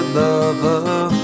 lover